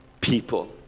people